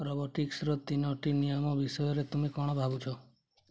ରୋବୋଟିକ୍ସର ତିନୋଟି ନିୟମ ବିଷୟରେ ତୁମେ କ'ଣ ଭାବୁଛ